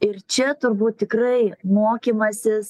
ir čia turbūt tikrai mokymasis